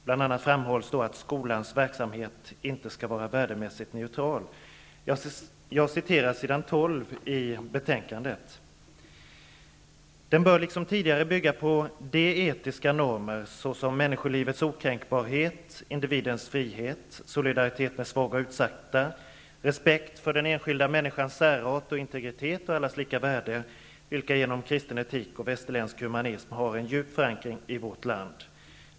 Bl.a. framhålls att skolans verksamhet inte skall vara värdemässigt neutral. Jag citerar från s. 12 i betänkandet: ''Den bör liksom tidigare bygga på de etiska normer, såsom människolivets okränkbarhet, individens frihet, solidaritet med svaga och utsatta, respekt för den enskilda människans särart och integritet och allas lika värde, vilka genom kristen etik och västerländsk humanism har en djup förankring i vårt land.